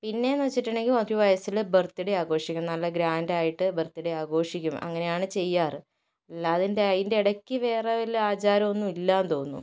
പിന്നെയെന്ന് വെച്ചിട്ടുണ്ടങ്കിൽ ഒരു വയസ്സിൽ ബർത്ത് ഡേ ആഘോഷിക്കും നല്ല ഗ്രാന്റായിട്ട് ബർത്ത് ഡേ ആഘോഷിക്കും അങ്ങനെയാണ് ചെയ്യാറ് അല്ലാതെ അതിൻ്റെ ഇടക്ക് വേറെ വല്ല ആചാരമൊന്നും ഇല്ലയെന്ന് തോന്നുന്നു